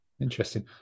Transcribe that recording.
interesting